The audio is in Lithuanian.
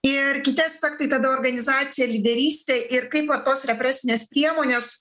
ir kiti aspektai tada organizacija lyderystė ir kaip va tos represinės priemonės